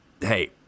hey